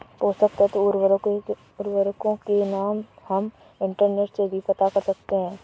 पोषक तत्व और उर्वरकों के नाम हम इंटरनेट से भी पता कर सकते हैं